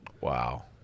Wow